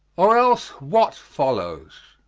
or else what followes?